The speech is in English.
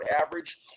average